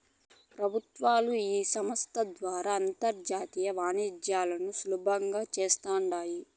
పెబుత్వాలు ఈ సంస్త ద్వారా అంతర్జాతీయ వాణిజ్యాలను సులబంగా చేస్తాండాయి